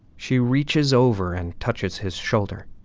she reaches over and touches his shoulder